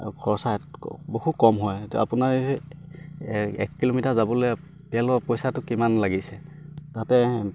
খৰচা বহু কম হয় আপোনাৰ এক কিলোমিটাৰ যাবলে তেলৰ পইচাটো কিমান লাগিছে তাতে